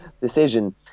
decision